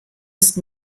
ist